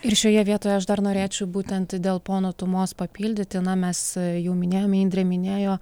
ir šioje vietoje aš dar norėčiau būtent dėl pono tumos papildyti na mes jau minėjome indrė minėjo